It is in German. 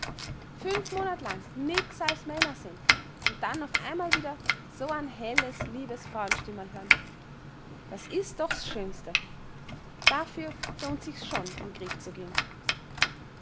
fünf monat lang nix als männer sehn und dann auf einmal wieder so an helles liebes frauenstimmerl hören das is doch's schönste dafür lohnt sich's schon in krieg zu gehen